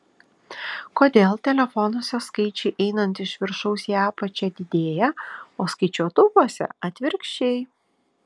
kodėl telefonuose skaičiai einant iš viršaus į apačią didėja o skaičiuotuvuose atvirkščiai